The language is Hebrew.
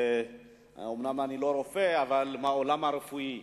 אומנם אני לא רופא, אבל מהעולם הרפואי,